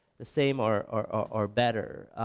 the same, or or better,